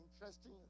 interesting